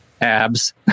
abs